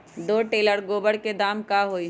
दो टेलर गोबर के दाम का होई?